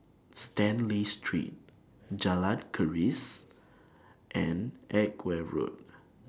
Stanley Street Jalan Keris and Edgware Road